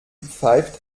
pfeift